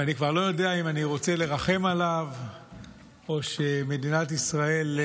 ואני כבר לא יודע אם אני רוצה לרחם עליו או שמדינת ישראל,